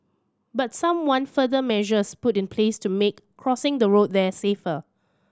but some want further measures put in place to make crossing the road there safer